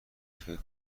فکر